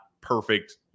perfect